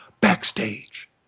backstage